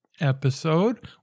episode